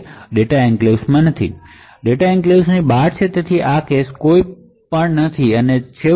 આ કિસ્સામાં data enclaves માં નથી ડેટા એન્ક્લેવ્સ ની બહાર છે તેથી એ જોવાની પણ જરૂર નથી